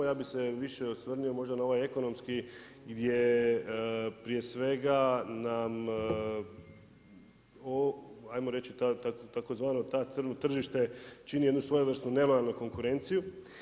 Ja bih se više osvrnuo možda na ovaj ekonomski gdje prije svega nam ajmo reći tzv. „crno tržište“ čini jednu svojevrsnu nelojalnu konkurenciju.